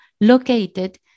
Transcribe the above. located